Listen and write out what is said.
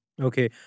Okay